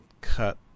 cut